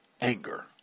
anger